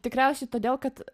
tikriausiai todėl kad